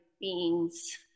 beings